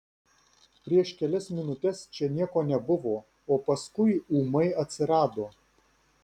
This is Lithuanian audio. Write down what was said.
prieš kelias minutes čia nieko nebuvo o paskui ūmai atsirado